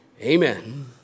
Amen